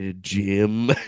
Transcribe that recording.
Jim